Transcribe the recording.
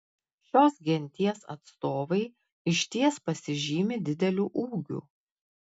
šios genties atstovai išties pasižymi dideliu ūgiu